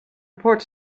report